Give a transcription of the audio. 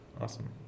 Awesome